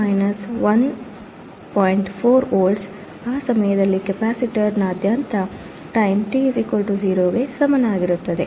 4 volts ಆ ಸಮಯದಲ್ಲಿ ಕೆಪಾಸಿಟರ್ನಾದ್ಯಂತ ಟೈಮ t 0 ಗೆ ಸಮನಾಗಿರುತ್ತದೆ